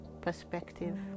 perspective